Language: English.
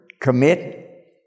commit